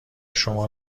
شما